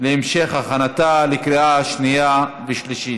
להמשך הכנתה לקריאה שנייה ושלישית.